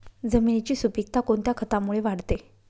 जमिनीची सुपिकता कोणत्या खतामुळे वाढते?